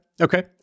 okay